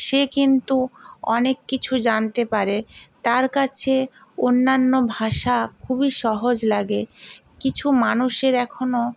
সে কিন্তু অনেক কিছু জানতে পারে তার কাছে অন্যান্য ভাষা খুবই সহজ লাগে কিছু মানুষের এখনো